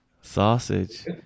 Sausage